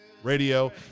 Radio